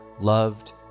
loved